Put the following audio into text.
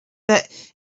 that